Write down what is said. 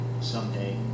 someday